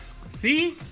See